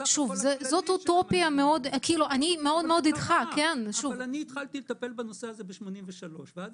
אני מאוד איתך --- אני התחלתי לטפל בנושא הזה בשנת 1983 ואז